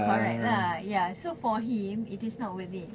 correct lah ya so for him it is not worth it